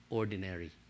ordinary